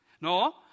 No